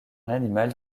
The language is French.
animal